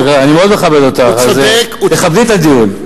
אני מאוד מכבד אותך, אז תכבדי את הדיון.